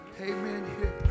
Amen